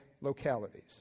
localities